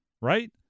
right